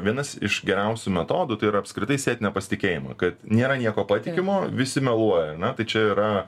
vienas iš geriausių metodų tai yra apskritai sėt nepasitikėjimą kad nėra nieko patikimo visi meluoja ane tai čia yra